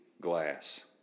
Glass